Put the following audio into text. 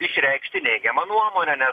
išreikšti neigiamą nuomonę ne